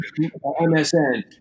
MSN